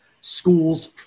schools